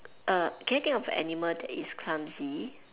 err can you think of a animal that is clumsy